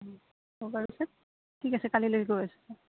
ঠিক আছে কালিলৈ গৈ আছো